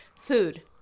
Food